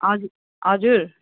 हजुर हजुर